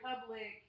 public